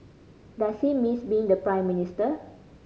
does he miss being the Prime Minister